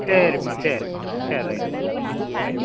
சரிம்மா சரிம்மா சரி ரைட்ம்மா ரைட்